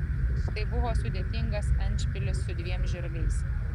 tai buvo sudėtingas endšpilis su dviem žirgais